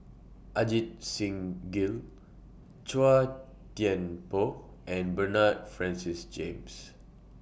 Ajit Singh Gill Chua Thian Poh and Bernard Francis James